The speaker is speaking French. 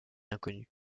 inconnu